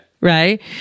Right